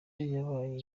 yabaye